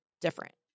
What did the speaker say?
different